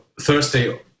Thursday